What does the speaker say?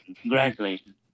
Congratulations